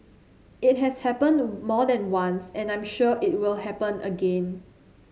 it has happened more than once and I'm sure it will happen again